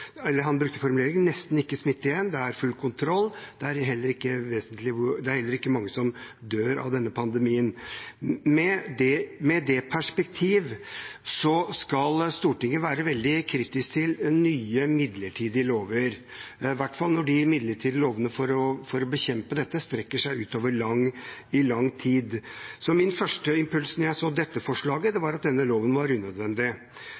eller han brukte formuleringen nesten ikke smitte igjen – det er full kontroll, det er heller ikke mange som dør av denne pandemien. Med det perspektiv skal Stortinget være veldig kritisk til nye midlertidige lover, i hvert fall når de nye midlertidige lovene for å bekjempe dette strekker seg ut over lang tid. Min første impuls da jeg så dette forslaget, var at denne loven var unødvendig,